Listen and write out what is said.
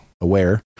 aware